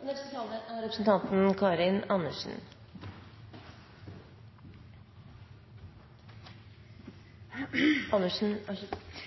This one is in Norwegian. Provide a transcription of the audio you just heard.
Grunnen til at jeg kommer litt seint, er